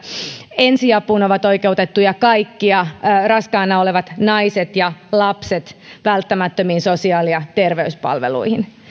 ensiapuun ovat oikeutettuja kaikki ja raskaana olevat naiset ja lapset välttämättömiin sosiaali ja terveyspalveluihin